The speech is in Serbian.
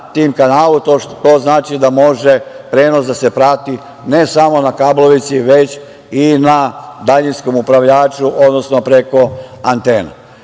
tim kanalima. To znači da može prenos da se prati ne samo na kablovici, već i na daljinskom upravljaču, odnosno preko antena. To